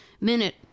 minute